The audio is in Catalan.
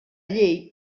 llei